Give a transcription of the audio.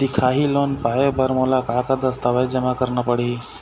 दिखाही लोन पाए बर मोला का का दस्तावेज जमा करना पड़ही?